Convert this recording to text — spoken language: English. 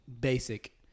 basic